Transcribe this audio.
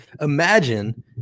Imagine